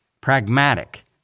pragmatic